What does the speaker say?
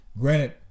Granted